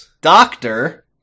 doctor